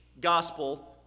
gospel